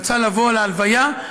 רצה לבוא להלוויה.